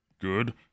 good